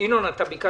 בבקשה.